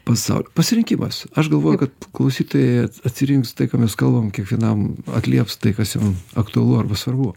pasal pasirinkimas aš galvojau kad klausytojai at atsirinks tai ką mes kalbam kiekvienam atlieps tai kas jam aktualu arba svarbu